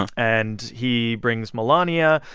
and and he brings melania.